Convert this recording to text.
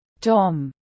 Tom